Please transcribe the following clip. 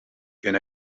can